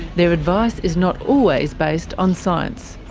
their advice is not always based on science.